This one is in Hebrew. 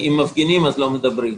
מפגינים אז לא מדברים,